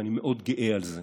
ואני מאוד גאה על זה.